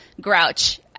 grouch